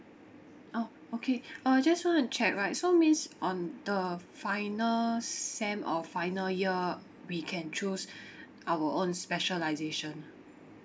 oh okay uh I just want to check right so means on the final sem or final year we can choose our own specialisation